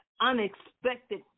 unexpected